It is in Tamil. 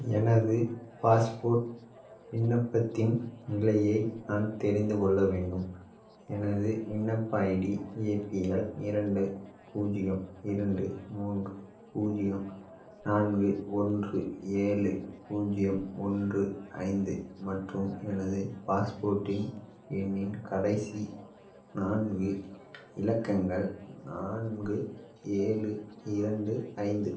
எனது பாஸ்போர்ட் விண்ணப்பத்தின் நிலையை நான் தெரிந்து கொள்ள வேண்டும் எனது விண்ணப்ப ஐடி ஏபிஎல் இரண்டு பூஜ்ஜியம் இரண்டு மூன்று பூஜ்ஜியம் நான்கு ஒன்று ஏழு பூஜ்ஜியம் ஒன்று ஐந்து மற்றும் எனது பாஸ்போர்ட்டின் எண்ணின் கடைசி நான்கு இலக்கங்கள் நான்கு ஏழு இரண்டு ஐந்து